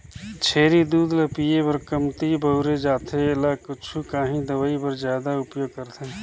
छेरी दूद ल पिए बर कमती बउरे जाथे एला कुछु काही दवई बर जादा उपयोग करथे